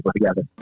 together